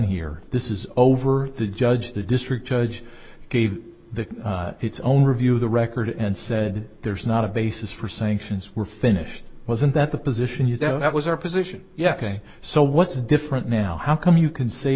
here this is over the judge the district judge gave the its own review of the record and said there's not a basis for sanctions were finished wasn't that the position you that was our position yeah ok so what's different now how come you can say